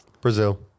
Brazil